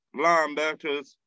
linebackers